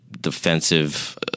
defensive